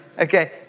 Okay